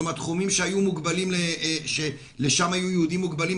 כלומר תחומים שלשם היו יהודים מוגבלים.